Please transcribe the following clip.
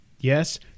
Yes